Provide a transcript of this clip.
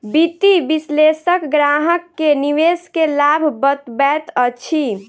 वित्तीय विशेलषक ग्राहक के निवेश के लाभ बतबैत अछि